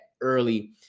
early